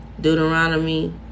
Deuteronomy